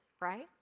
right